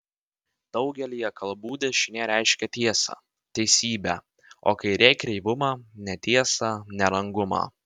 daugelyje kalbų dešinė reiškia tiesą teisybę o kairė kreivumą netiesą nerangumą